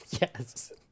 yes